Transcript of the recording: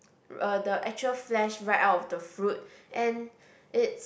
uh the actual flesh right out of the fruit and it's